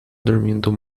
dormindo